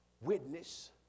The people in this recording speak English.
witness